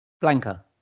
Blanca